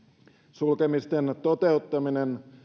sulkemisten toteuttaminen